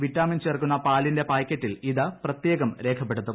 vitamin ചേർക്കുന്ന പാലിന്റെ പാക്കറ്റിൽ ഇത് പ്രത്യേകം രേഖപ്പെടുത്തും